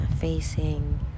facing